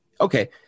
okay